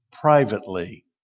privately